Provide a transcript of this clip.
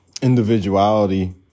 Individuality